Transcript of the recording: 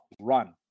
run